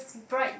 bright